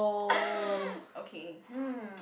okay hmm